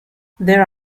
there